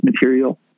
material